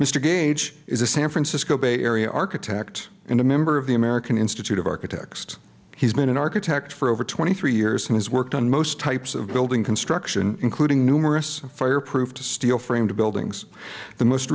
mr gage is a san francisco bay area architect and a member of the american institute of architects he's been an architect for over twenty three years and has worked on most types of building construction including numerous fire proof to steel framed buildings the most